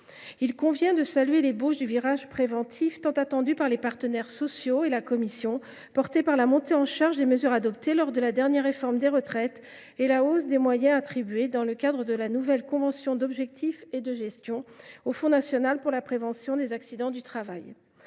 Il convient de saluer l’ébauche du virage préventif tant attendu par les partenaires sociaux et la commission, stimulé par la montée en charge des mesures adoptées lors de la dernière réforme des retraites et par la hausse des moyens attribués, dans la nouvelle convention d’objectifs et de gestion (COG), au Fonds national de prévention des accidents du travail